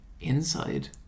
Inside